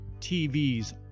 TVs